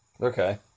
Okay